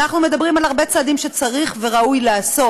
אנחנו מדברים על הרבה צעדים שצריך וראוי לעשות,